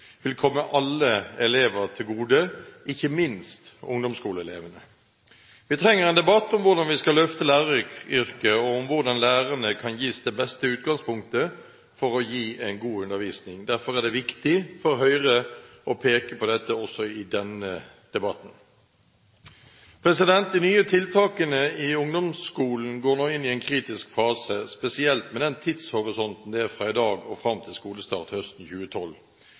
vil komme alle elever til gode, ikke minst ungdomsskoleelevene. Vi trenger en debatt om hvordan vi skal løfte læreryrket, og om hvordan lærerne kan gis det beste utgangspunktet for å gi en god undervisning. Derfor er det viktig for Høyre å peke på dette også i denne debatten. De nye tiltakene i ungdomsskolen går nå inn i en kritisk fase, spesielt med den tidshorisonten det er fra i dag og fram til skolestart høsten 2012.